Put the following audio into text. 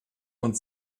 und